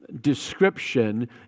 description